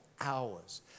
hours